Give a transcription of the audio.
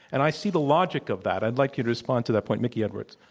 and i see the logic of that. i'd like you to respond to that point. mickey edwards.